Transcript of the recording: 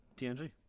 TNG